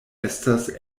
estas